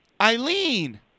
Eileen